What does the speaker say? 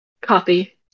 Copy